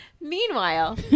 Meanwhile